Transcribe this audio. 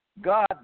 God